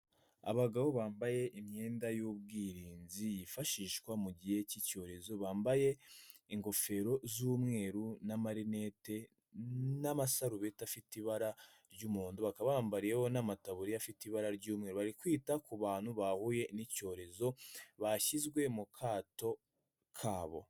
Abagabo bambaye imyenda y'ubwirinzi yifashishwa mu gihe cy'icyorezo, bambaye ingofero z'umweru, n'amarinete, n'amasarubeti afite ibara ry'umuhondo, bakaba bambariyeho n'amataburiya afite ibara ry'umweru bari kwita ku bantu bahuye n'icyorezo, bashyizwe mu kato kabo.